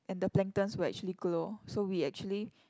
and the planktons will actually glow so we actually